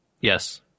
Yes